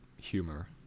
humor